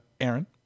Aaron